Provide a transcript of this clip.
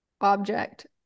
object